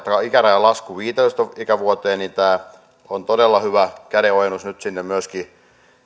alaikärajan lasku viiteentoista ikävuoteen on todella hyvä kädenojennus nyt myöskin sinne